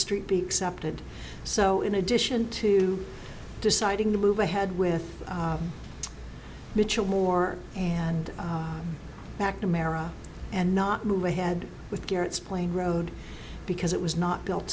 street be accepted so in addition to deciding to move ahead with mitchell moore and mcnamara and not move ahead with carrots plane road because it was not built